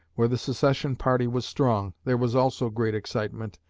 where the secession party was strong, there was also great excitement,